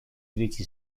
iritsi